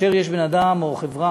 כאשר יש בן-אדם, או חברה,